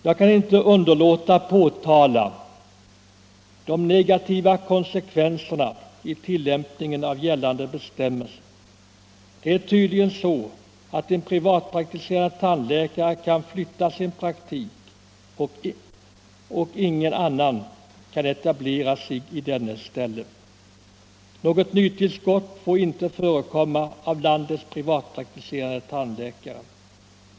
Jag kan inte underlåta att påtala de negativa konsekvenserna av tilllämpningen av gällande bestämmelser. Det är tydligen så, att en privatpraktiserande tandläkare kan flytta sin praktik men att ingen annan kan etablera sig i hans ställe. Något nytillskott får inte förekomma bland landets privatpraktiserande tandläkare.